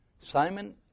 Simon